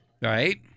Right